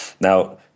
Now